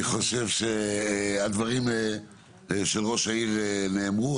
אני חושב שהדברים של ראש העיר נאמרו.